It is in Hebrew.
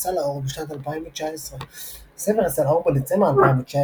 שיצא לאור בשנת 2019. הספר יצא לאור בדצמבר 2019